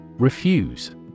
Refuse